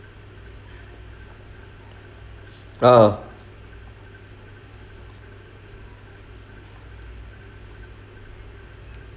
ah